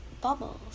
bubbles